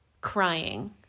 crying